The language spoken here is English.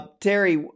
terry